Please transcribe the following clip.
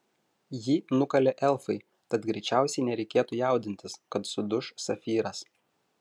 jį nukalė elfai tad greičiausiai nereikėtų jaudintis kad suduš safyras